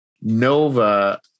Nova